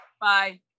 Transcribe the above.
Bye